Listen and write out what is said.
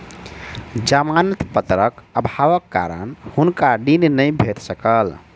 जमानत पत्रक अभावक कारण हुनका ऋण नै भेट सकल